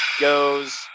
goes